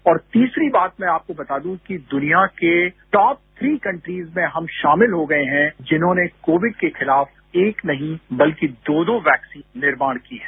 और तीसरी बात मैं आपको बता दूं कि दुनिया के टॉप थ्री कंट्रीज में हम शामिल हो गये हैं जिन्होंने कोविड के खिलाफ एक नहीं बल्कि दो दो वैक्सीन निर्माण की है